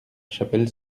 chapelle